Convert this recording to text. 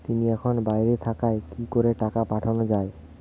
তিনি এখন বাইরে থাকায় কি করে টাকা পাঠানো য়ায়?